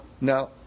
Now